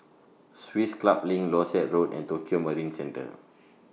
Swiss Club LINK Dorset Road and Tokio Marine Centre